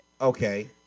Okay